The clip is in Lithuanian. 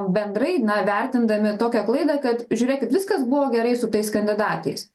bendrai na vertindami tokią klaidą kad žiūrėkit viskas buvo gerai su tais kandidatais